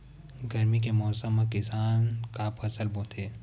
गरमी के मौसम मा किसान का फसल बोथे?